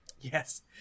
yes